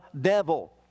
devil